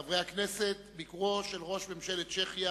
חברי הכנסת, ביקורו של ראש ממשלת צ'כיה